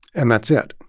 and that's it.